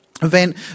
event